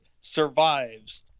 survives